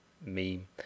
meme